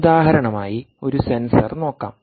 ഉദാഹരണമായി ഒരു സെൻസർ നോക്കാം